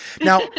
now